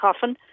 coffin